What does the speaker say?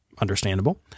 understandable